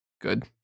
good